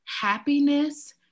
Happiness